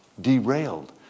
derailed